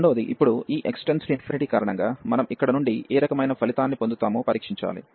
రెండవది ఇప్పుడు ఈ x→∞ కారణంగా మనం ఇక్కడ నుండి ఏ రకమైన ఫలితాన్ని పొందుతామో పరీక్షించాలి